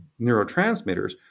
neurotransmitters